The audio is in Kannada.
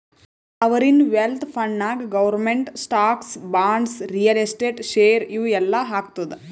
ಸಾವರಿನ್ ವೆಲ್ತ್ ಫಂಡ್ನಾಗ್ government stocks, bonds, real estate, share ಇವು ಎಲ್ಲಾ ಹಾಕ್ತುದ್